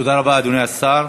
תודה רבה, אדוני השר.